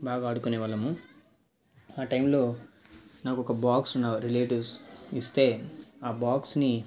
బాగా ఆడుకునేవాళ్ళము ఆ టైంలో నాకొక బాక్స్ నా రిలేటివ్స్ ఇస్తే ఆ బాక్స్ని